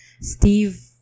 Steve